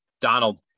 Donald